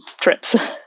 trips